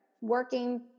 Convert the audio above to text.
working